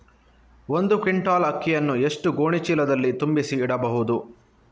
ಒಂದು ಕ್ವಿಂಟಾಲ್ ಅಕ್ಕಿಯನ್ನು ಎಷ್ಟು ಗೋಣಿಚೀಲದಲ್ಲಿ ತುಂಬಿಸಿ ಇಡಬಹುದು?